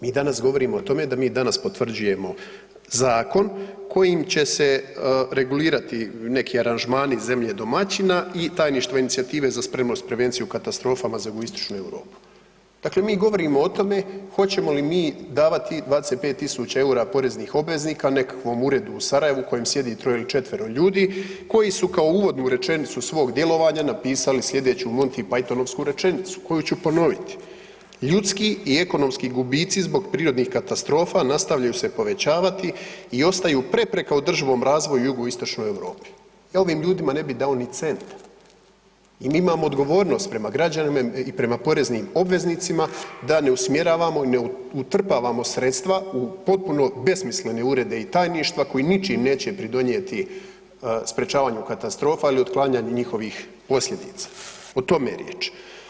Mi danas govorimo o tome da mi danas potvrđujemo Zakon kojim će se regulirati neki aranžmani zemlje domaćina i tajništvo Inicijative za spremnost i prevenciju katastrofama za Jugoistočnu Europu, dakle mi govorimo o tome hoćemo li mi davati 25.000,00 EUR-a poreznih obveznika nekakvom uredu u Sarajevu u kojem sjedi troje ili četvero ljudi, koji su kao uvodnu rečenicu svog djelovanja napisali sljedeću Monty Pythonovsku rečenicu koju ću ponoviti „ljudski i ekonomski gubitci zbog prirodnih katastrofa nastavljaju se povećavati i ostaju prepreka održivom razvoju Jugoistočnoj Europi“, e ovim ljudima ne bi dao ni centa, i mi imao odgovornost prema građanima, i prema poreznim obveznicima da ne usmjeravamo i ne utrpavamo sredstva u potpuno besmislene urede i tajništva koji ničim neće pridonijeti sprečavanju katastrofa ili otklanjanje njihovih posljedica, o tome je riječ.